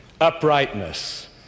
uprightness